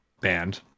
band